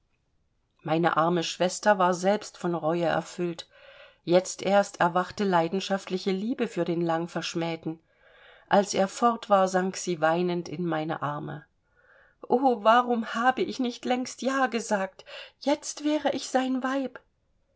meine arme schwester war selbst von reue erfüllt jetzt erst erwachte leidenschaftliche liebe für den langverschmähten als er fort war sank sie weinend in meine arme o warum habe ich nicht längst ja gesagt jetzt wäre ich sein weib